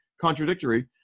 contradictory